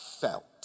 felt